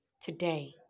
today